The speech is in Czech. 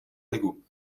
ligu